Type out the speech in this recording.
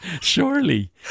surely